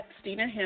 Stina